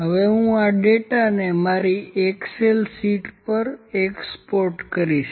હવે હું આ ડેટાને મારી એક્સેલ શીટ પર એક્સપોર્ટ કરીશ